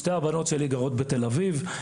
שתי הבנות שלי גרות בתל אביב,